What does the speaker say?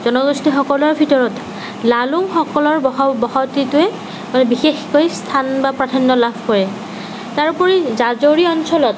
জনগোষ্ঠীসকলৰ ভিতৰত লালুঙসকলৰ বসতিটোয়ে মানে বিশেষকৈ স্থান বা প্ৰাধান্য লাভ কৰে তাৰোপৰি জাজৰী অঞ্চলত